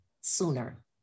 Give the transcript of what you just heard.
sooner